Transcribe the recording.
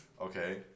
okay